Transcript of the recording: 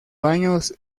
baños